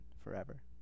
forever